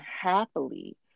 happily